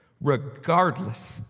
regardless